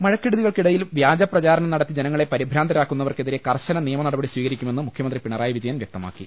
മഴക്കെടുതികൾക്കിടയിൽ വ്യാജപ്രചാരണം നടത്തി ജനങ്ങളെ പരിഭ്രാന്തരാക്കുന്നവർക്കെതിരെ കർശന നിയമ നടപടി സ്വീകരി ക്കുമെന്ന് മുഖ്യമന്ത്രി പിണറായി വിജയൻ വ്യക്തമാക്കി